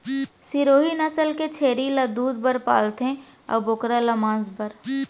सिरोही नसल के छेरी ल दूद बर पालथें अउ बोकरा ल मांस बर